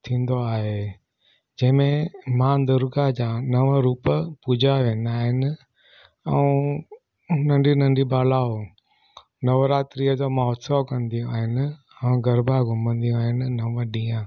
थींदो आहे जंहिंमें माउ दुर्गा जा नव रूप पूॼाए वेंदा आहिनि ऐं नंढी नंढी बालाओ नवरात्रीअ जो महोत्सव कंदियूं आहिनि ऐं गरबा घुमंदियूं आहिनि नव ॾींहं